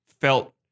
felt